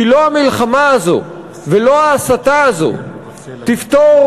כי לא המלחמה הזאת ולא ההסתה הזאת יפתרו